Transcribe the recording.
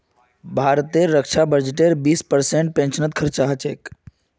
भारतेर रक्षा बजटेर बीस परसेंट पेंशनत खरचा ह छेक